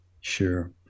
Sure